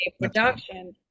production